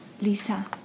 Lisa